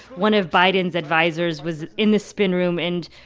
one of biden's advisers was in the spin room and,